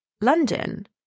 London